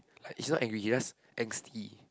ah he's not angry he's just angsty